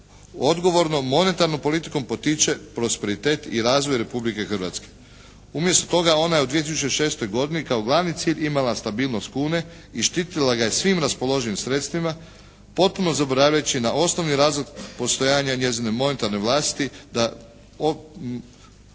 odgovorno monetarnom politikom potiče prosperitet i razvoj Republike Hrvatske. Umjesto toga ona je u 2006. godini kao glavni cilj imala stabilnost kune i štitila ga je svim raspoloživim sredstvima potpuno zaboraveći na osnovni razlog postojanja njezine monetarne vlasti da njezin